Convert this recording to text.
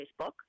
Facebook